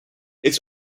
its